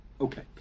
Okay